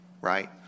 right